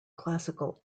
classical